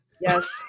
Yes